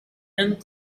and